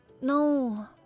No